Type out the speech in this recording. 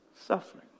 suffering